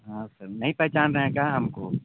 हाँ सर नहीं पहचान रहे हैं क्या हमको